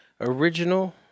original